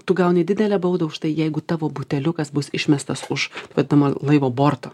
tu gauni didelę baudą už tai jeigu tavo buteliukas bus išmestas už vadinamo laivo borto